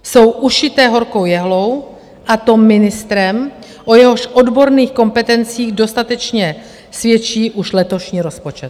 Jsou ušité horkou jehlou, a to ministrem, o jehož odborných kompetencích dostatečně svědčí už letošní rozpočet.